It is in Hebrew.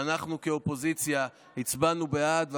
שאנחנו כאופוזיציה הצבענו בעדה,